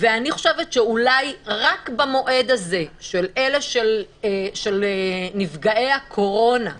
אני חושבת שאולי רק במועד הזה של נפגעי הקורונה,